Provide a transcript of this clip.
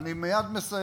אני מייד מסיים.